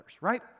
right